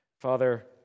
Father